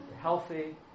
healthy